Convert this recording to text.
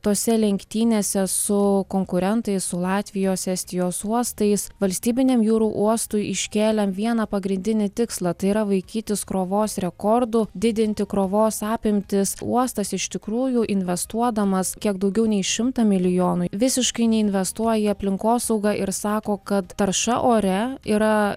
tose lenktynėse su konkurentais su latvijos estijos uostais valstybiniam jūrų uostui iškėlėm vieną pagrindinį tikslą tai yra vaikytis krovos rekordų didinti krovos apimtis uostas iš tikrųjų investuodamas kiek daugiau nei šimtą milijonų visiškai neinvestuoja į aplinkosaugą ir sako kad tarša ore yra